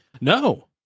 No